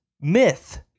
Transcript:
myth